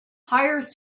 hires